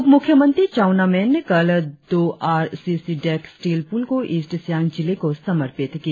उप मुख्यमंत्री चाउना मैन ने कल दो R C C deck steel पुल को ईस्ट सियांग जिले को समर्पित किया